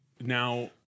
now